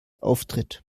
auftritt